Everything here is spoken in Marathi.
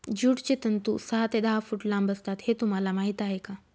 ज्यूटचे तंतू सहा ते दहा फूट लांब असतात हे तुम्हाला माहीत आहे का